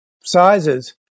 sizes